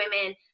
women